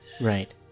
Right